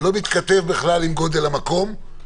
לא מתכתב בכלל עם גודל המקום,